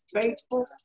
faithful